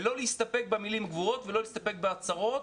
ולא להסתפק במילים גבוהות ולא להסתפק בהצהרות.